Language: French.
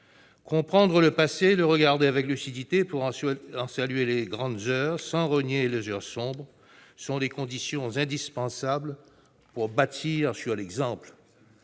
Comprendre le passé, le regarder avec lucidité pour en saluer les grandes heures, sans renier les heures sombres, ce sont les conditions indispensables pour bâtir sur l'exemple.